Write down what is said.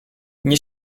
nie